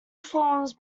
forms